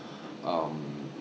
um